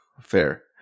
Fair